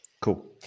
Cool